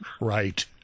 right